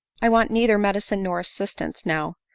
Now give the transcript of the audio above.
i want neither medicine nor assistance now,